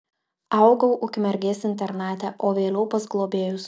augau ukmergės internate o vėliau pas globėjus